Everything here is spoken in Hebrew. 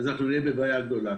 אנחנו נהיה בבעיה גדולה.